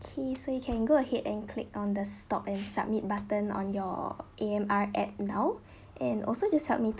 K so you can go ahead and click on the stop and submit button on your A_M_R app now and also just help me